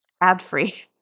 ad-free